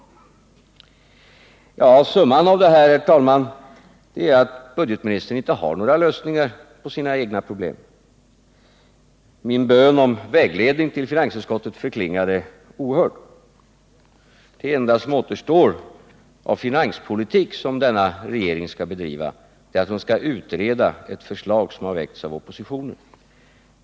Summan av detta, herr talman, är att budgetministern inte har några lösningar på sina egna problem. Min bön om vägledning till finansutskottet förklingade ohörd. Det enda som återstår av finanspolitik som denna regering skall bedriva är att den skall utreda ett förslag som väckts av oppositionen.